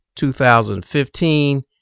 2015